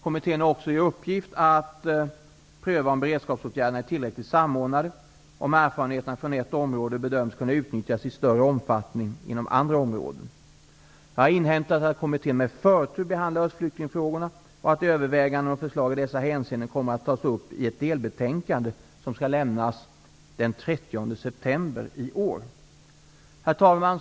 Kommittén har också i uppgift att pröva om beredskapsåtgärderna är tillräckligt samordnade och om erfarenheterna från ett område bedöms kunna utnyttjas i större omfattning inom andra områden. Jag har inhämtat att kommittén med förtur behandlar östflyktingfrågorna och att överväganden och förslag i dessa hänseenden kommer att tas upp i ett delbetänkande som skall lämnas den 30 september i år. Herr talman!